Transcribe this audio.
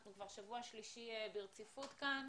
אנחנו כבר שבוע שלישי ברציפות כאן.